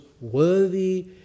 worthy